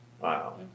wow